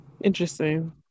Interesting